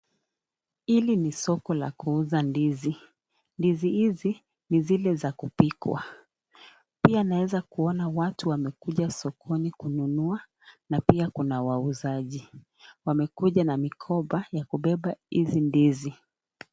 Hili ni soko la kuuza ndizi. Ndizi hizi ni zile za kupikwa. Pia naweza kuona watu wamekuja sokoni kununua na pia kuna wauzaji. Wamekuja na mikoba ya kubeba hizi ndizi.